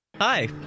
Hi